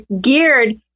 geared